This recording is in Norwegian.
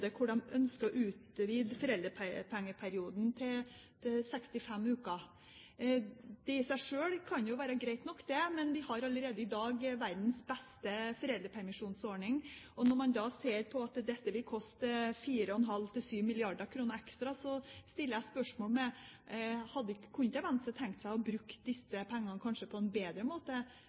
de ønsker å utvide foreldrepengeperioden til 65 uker. Det i seg sjøl kan være greit nok, men vi har allerede i dag verdens beste foreldrepermisjonsordning. Når man ser at dette vil koste 4,5–7 mrd. kr ekstra, stiller jeg spørsmålet: Kunne ikke Venstre tenkt seg kanskje å bruke disse pengene på en bedre måte?